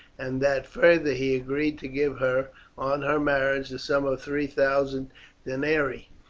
and that further he agreed to give her on her marriage the sum of three thousand denarii,